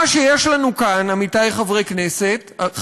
מה שיש לנו כאן, עמיתי חברי הכנסת,